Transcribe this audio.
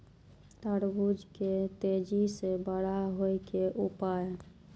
तरबूज के तेजी से बड़ा होय के उपाय?